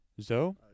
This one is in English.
Zo